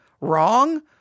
wrong